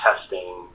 testing